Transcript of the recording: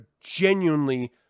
genuinely